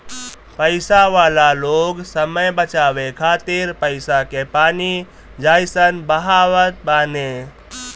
पईसा वाला लोग समय बचावे खातिर पईसा के पानी जइसन बहावत बाने